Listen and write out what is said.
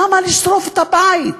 למה לשרוף את הבית?